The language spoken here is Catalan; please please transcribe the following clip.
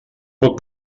pot